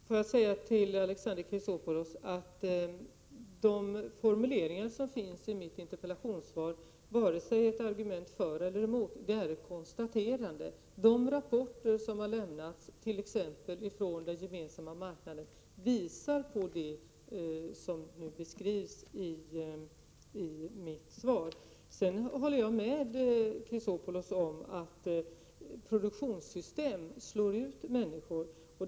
Herr talman! Till Alexander Chrisopoulos vill jag säga att de formuleringar som finns i mitt interpellationssvar är varken argument för eller argument mot, utan det är fråga om konstateranden. De rapporter som har lämnats, t.ex. från den gemensamma marknaden, visar på det som beskrivs i mitt svar. 21 Sedan håller jag med Alexander Chrisopoulos om att produktionssystem slår ut människor.